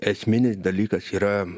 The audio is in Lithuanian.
esminis dalykas yra